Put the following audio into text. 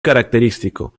característico